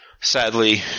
Sadly